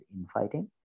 infighting